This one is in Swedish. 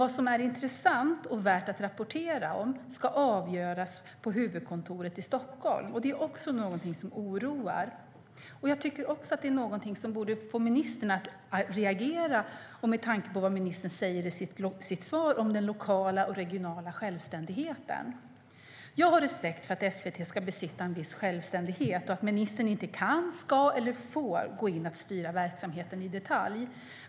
Vad som är intressant och värt att rapportera om ska avgöras på huvudkontoret i Stockholm. Det är också någonting som oroar. Jag tycker att det är någonting som borde få ministern att reagera med tanke på vad ministern säger i sitt svar om den lokala och regionala självständigheten. Jag har respekt för att SVT ska besitta en viss självständighet och att ministern inte kan, ska eller får gå in och styra verksamheten i detalj.